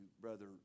Brother